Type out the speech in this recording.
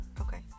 Okay